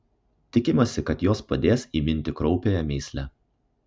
tikimasi kad jos padės įminti kraupiąją mįslę